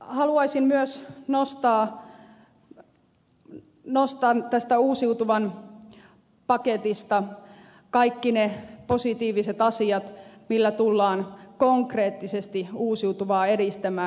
haluaisin myös nostaa tästä uusiutuvan paketista kaikki ne positiiviset asiat millä tullaan konkreettisesti uusiutuvaa edistämään